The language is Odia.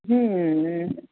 ହୁଁ ହୁଁ ହୁଁ